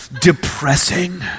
depressing